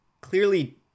clearly